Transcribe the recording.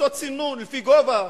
לעשות סינון לפי גובה,